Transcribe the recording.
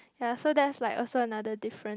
ya so that's like also another different